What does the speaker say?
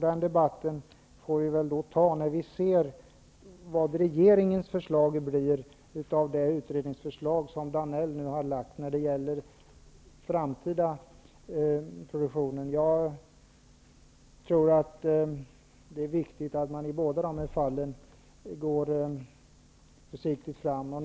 Den debatten får vi väl ta när vi ser vilket regeringens förslag blir efter Georg Danells utredningsförslag när det gäller den framtida produktionen. Jag tror att det är viktigt att man går försiktigt fram i båda fallen.